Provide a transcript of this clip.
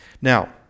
now